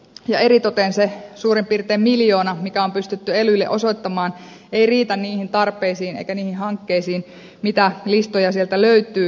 ja eritoten se suurin piirtein miljoona joka on pystytty elyille osoittamaan ei riitä niihin tarpeisiin eikä niihin hankkeisiin joita sieltä listoilta löytyy